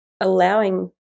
allowing